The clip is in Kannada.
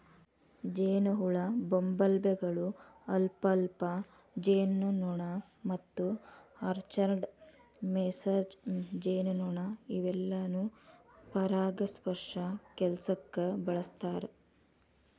ಜೇನಹುಳ, ಬಂಬಲ್ಬೇಗಳು, ಅಲ್ಫಾಲ್ಫಾ ಜೇನುನೊಣ ಮತ್ತು ಆರ್ಚರ್ಡ್ ಮೇಸನ್ ಜೇನುನೊಣ ಇವೆಲ್ಲಾನು ಪರಾಗಸ್ಪರ್ಶ ಕೆಲ್ಸಕ್ಕ ಬಳಸ್ತಾರ